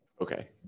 Okay